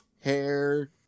hair